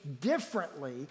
differently